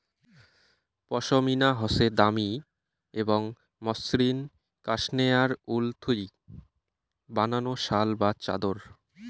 পশমিনা হসে দামি এবং মসৃণ কাশ্মেয়ার উল থুই বানানো শাল বা চাদর